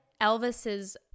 Elvis's